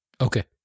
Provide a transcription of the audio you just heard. Okay